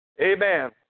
Amen